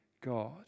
God